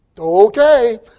Okay